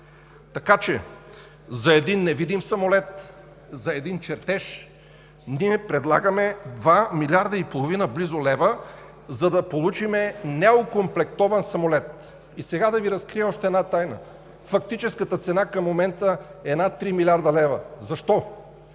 Така че за един невидим самолет, за един чертеж ние предлагаме близо два милиарда и половина лева, за да получим неокомплектован самолет. И сега да Ви разкрия още една тайна: фактическата цена към момента е над три милиарда лева. Защо?